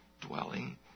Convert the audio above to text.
dwelling